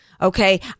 Okay